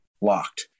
locked